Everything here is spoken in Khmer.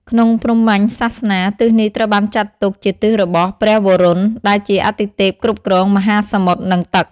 ក្នុងព្រហ្មញ្ញសាសនា ទិសនេះត្រូវបានចាត់ទុកជាទិសរបស់ ព្រះវរុណ ដែលជាអាទិទេពគ្រប់គ្រងមហាសមុទ្រនិងទឹក។